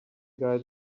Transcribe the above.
guy